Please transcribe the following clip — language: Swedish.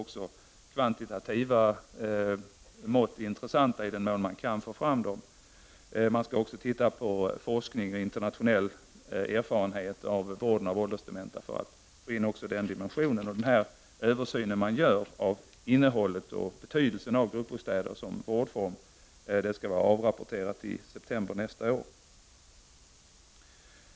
Även kvantitativa mått är intressanta i den mån man kan få fram dem. Socialstyrelsen skall även studera forskning och internationell erfarenhet av vården av åldersdementa för att man även skall kunna få in denna dimension i bilden. Denna översyn av innehållet och betydelsen av gruppbostäder som vårdform skall det lämnas rapport om i september nästa år.